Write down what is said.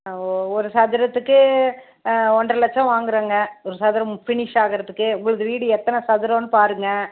ஓ ஒரு சதுரத்துக்கு ஒன்றரை லட்சம் வாங்கிறோங்க ஒரு சதுரம் ஃபினிஷாகிறத்துக்கு உங்களது வீடு எத்தனை சதுரமென்னு பாருங்க